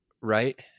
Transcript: right